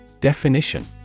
Definition